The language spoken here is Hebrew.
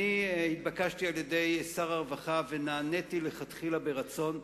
נתבקשתי על-ידי שר הרווחה, ונעניתי לכתחילה ברצון,